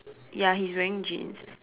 ya he's wearing jeans